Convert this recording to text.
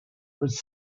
was